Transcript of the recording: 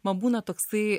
man būna toksai